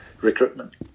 recruitment